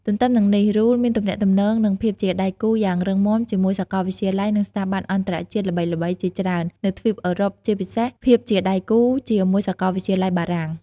ទន្ទឹមនឹងនេះRULE មានទំនាក់ទំនង និងភាពជាដៃគូយ៉ាងរឹងមាំជាមួយសាកលវិទ្យាល័យ និងស្ថាប័នអន្តរជាតិល្បីៗជាច្រើន នៅទ្វីបអឺរ៉ុបជាពិសេសភាពជាដៃគូជាមួយសាកលវិទ្យាល័យបារាំង។